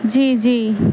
جی جی